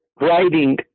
writing